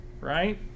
right